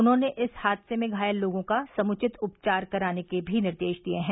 उन्होंने इस हादसे में घायल लोगों का समुचित उपचार कराने के भी निर्देश दिये हैं